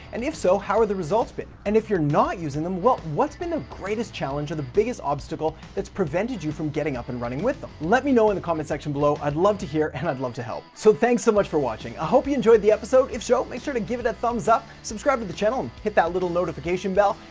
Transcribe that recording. and if so, how are the results been? and if you're not using them, well, what's been the greatest challenge or the biggest obstacle that's prevented you from getting up and running with them? let me know in the comment section below, i'd love to hear and i'd love to help. so thanks so much for watching. i hope you enjoyed the episode, if so, make sure to give it a thumbs up, subscribe to the channel and hit that little notification bell,